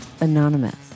Anonymous